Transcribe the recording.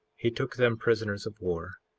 he took them prisoners of war,